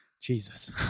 jesus